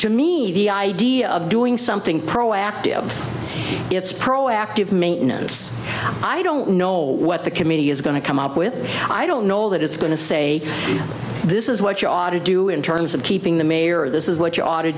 to me the idea of doing something proactive it's proactive maintenance i don't know what the committee is going to come up with i don't know that it's going to say this is what you ought to do in terms of keeping the mayor this is what you ought to